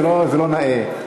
זה לא נאה.